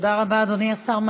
תודה רבה, אדוני השר.